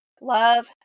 love